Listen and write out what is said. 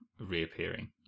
reappearing